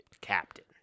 captain